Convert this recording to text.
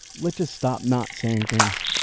let's just stop not saying things,